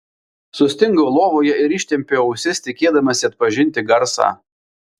sustingau lovoje ir ištempiau ausis tikėdamasi atpažinti garsą